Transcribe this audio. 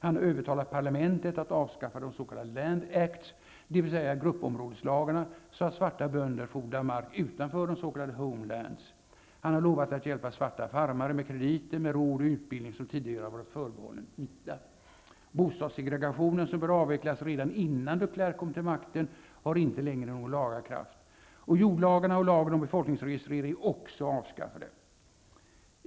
Han har övertalat parlamentet att avskaffa de s.k. Han har lovat att hjälpa svarta farmare med krediter, råd och utbildning som tidigare har varit förbehållna vita. Bostadssegregationen, som började avvecklas redan innan de Klerk kom till makten, har inte längre någon laga kraft. Jordlagarna och lagen om befolkningsregistrering är också avskaffade.